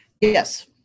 yes